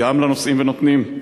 גם לא לנושאים ונותנים,